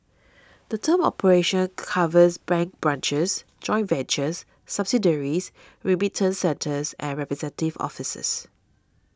the term operations covers bank branches joint ventures subsidiaries remittance centres and representative offices